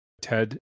Ted